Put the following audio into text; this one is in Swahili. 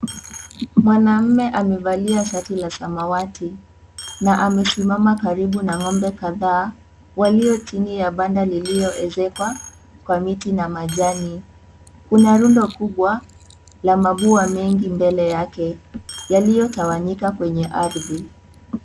Mwanamme amevalia shati la samawati na amesimama karibu na ngombe kadhaa walio chini ya banda liliyoezekwa kwa miti na majani . Kuna rundo kubwa la mavua mengi mbele yake yaliyotawanyika kwenye ardhi.